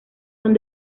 son